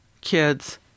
kids